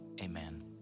amen